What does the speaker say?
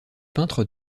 peintres